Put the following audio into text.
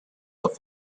its